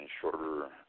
shorter